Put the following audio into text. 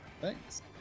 Thanks